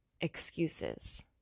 excuses